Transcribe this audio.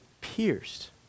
pierced